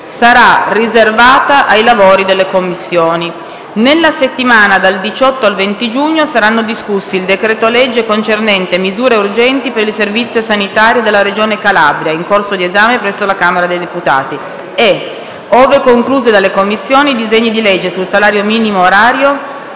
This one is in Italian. sarà riservata ai lavori delle Commissioni. Nella settimana dal 18 al 20 giugno saranno discussi il decreto-legge concernente misure urgenti per il servizio sanitario della Regione Calabria - in corso di esame presso la Camera dei deputati - e, ove conclusi dalle Commissioni, i disegni di legge sul salario minimo orario,